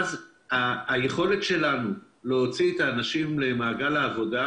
היכולת שלנו להוציא את האנשים למעגל העבודה